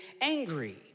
angry